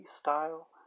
style